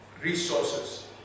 resources